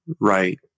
right